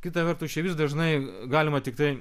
kita vertus čia vis dažnai galima tiktai